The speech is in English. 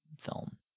film